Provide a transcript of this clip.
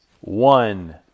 one